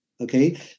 Okay